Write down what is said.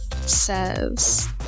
says